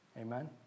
Amen